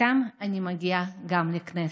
ואיתם אני מגיעה גם לכנסת.